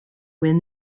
win